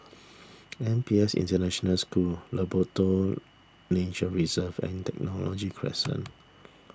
N P S International School Labrador Nature Reserve and Technology Crescent